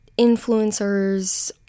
influencers